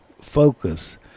focus